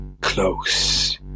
Close